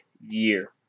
year